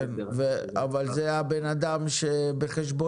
כן, אבל זה בן אדם שבחשבונית.